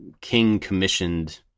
King-commissioned